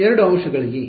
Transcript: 2 ಅಂಶಗಳಿಗೆ